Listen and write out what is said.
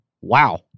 wow